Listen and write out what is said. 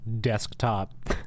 desktop